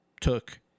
took